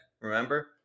Remember